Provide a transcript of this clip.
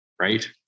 Right